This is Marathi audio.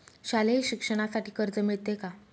शालेय शिक्षणासाठी कर्ज मिळते का?